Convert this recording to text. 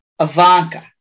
Ivanka